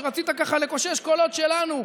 כשרצית ככה לקושש קולות שלנו,